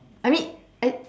I mean it